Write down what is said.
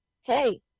hey